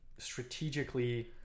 strategically